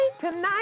tonight